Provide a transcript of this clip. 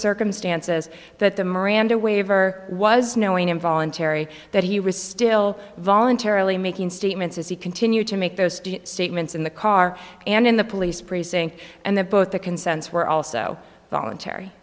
circumstances that the miranda waiver was knowing involuntary that he was still voluntarily making statements as he continued to make those statements in the car and in the police precinct and that both the consents were also voluntary